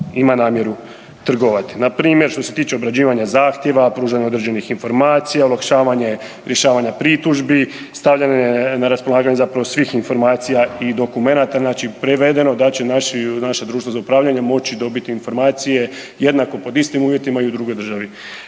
ima namjeru trgovati. Npr. što se tiče obrađivanja zahtjeva, pružanja određenih informacija, olakšavanje rješavanja pritužbi, stavljanje na raspolaganje svih informacija i dokumenata, znači prevedeno da će naša društva za upravljanje moći dobiti informacije jednako pod istim uvjetima i u drugoj državi